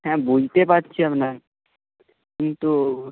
হ্যাঁ বুঝতে পারছি আপনার কিন্তু